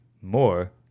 more